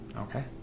Okay